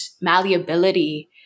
malleability